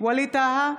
ווליד טאהא,